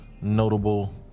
notable